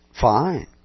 fine